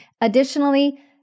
Additionally